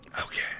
Okay